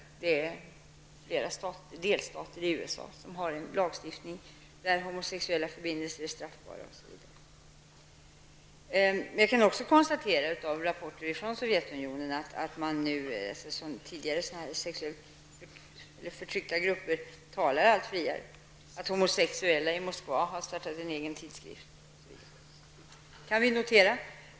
T.ex. flera delstater i USA har en lagstiftning som innebär att homosexuella förbindelser är straffbara. Med anledning av rapporter från Sovjetunionen kan jag också konstatera att grupper av sexuella som tidigare har varit förtryckta nu talar allt friare och att homosexuella i Moskva har startat en egen tidskrift.